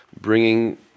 bringing